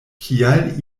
kial